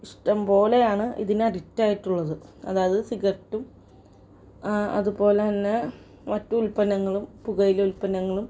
ഇഷ്ടം പോലെയാണ് ഇതിനഡിക്റ്റായിട്ടുള്ളത് അതായത് സിഗരറ്റും അതുപോലെ തന്നെ മറ്റു ഉത്പന്നങ്ങളും പുകയില ഉത്പന്നങ്ങളും